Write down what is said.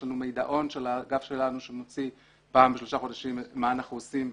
יש לנו מידעון של האגף שלנו שמוציא פעם בשלושה חודשים מה אנחנו עושים,